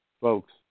Folks